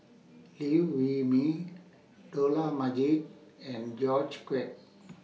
Liew Wee Mee Dollah Majid and George Quek